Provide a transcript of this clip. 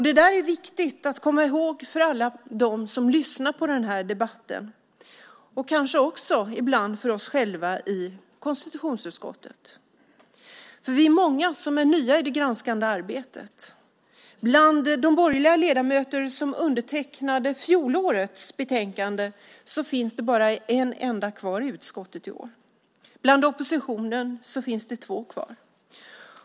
Det är viktigt att komma ihåg för alla som lyssnar på den här debatten och kanske ibland också för oss själva i konstitutionsutskottet, för vi är många som är nya i granskningsarbetet. Bland de borgerliga ledamöter som undertecknade fjolårets betänkande finns det bara en enda kvar i utskottet i år. Bland oppositionen finns det två kvar.